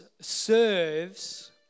serves